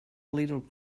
little